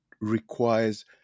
requires